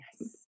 yes